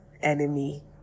enemy